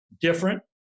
different